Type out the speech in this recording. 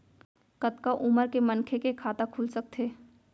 कतका उमर के मनखे के खाता खुल सकथे?